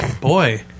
Boy